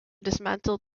dismantled